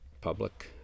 public